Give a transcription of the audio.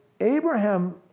Abraham